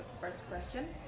first question.